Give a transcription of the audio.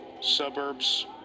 suburbs